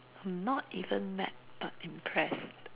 I'm not even mad but impressed